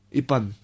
ipan